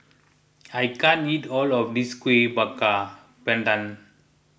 I can't eat all of this Kueh Bakar Pandan